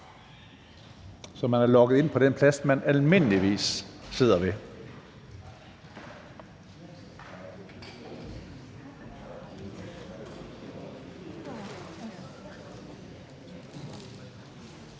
så man er logget ind på den plads, som man almindeligvis sidder ved.